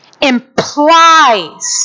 implies